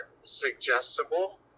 suggestible